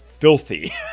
filthy